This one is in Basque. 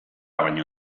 baino